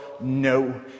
No